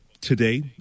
today